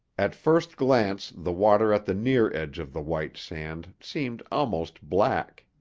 at first glance the water at the near edge of the white sand seemed almost black.